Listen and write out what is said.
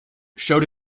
showed